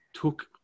took